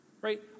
right